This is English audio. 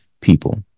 people